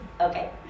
Okay